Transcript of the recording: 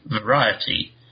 variety